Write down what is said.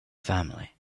family